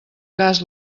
cas